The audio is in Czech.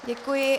Děkuji.